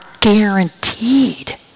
guaranteed